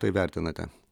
tai vertinate